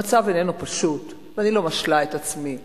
המצב איננו פשוט ואני לא משלה את עצמי.